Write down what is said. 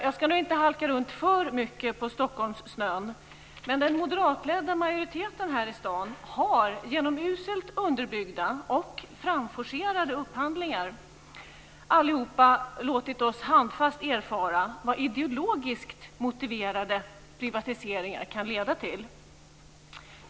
Jag ska nu inte halka runt alltför mycket på Stockholmssnön, men den moderatledda majoriteten här i staden har genom uselt underbyggda och framforcerade upphandlingar låtit oss handfast erfara vad ideologiskt motiverade privatiseringar kan leda till.